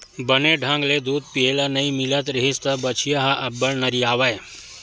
बने ढंग ले दूद पिए ल नइ मिलत रिहिस त बछिया ह अब्बड़ नरियावय